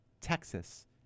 Texas